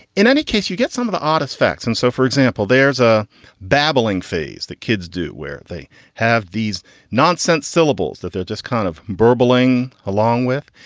in any case, you get some of the oddest facts. and so, for example, there's a babbling phase that kids do where they have these nonsense syllables that they're just kind of burbling along with.